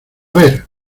ver